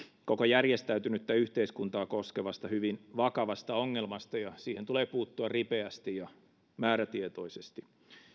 koko järjestäytynyttä yhteiskuntaa koskevasta hyvin vakavasta ongelmasta ja siihen tulee puuttua ripeästi ja määrätietoisesti